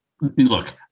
look